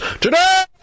Today